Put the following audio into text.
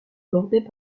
bordée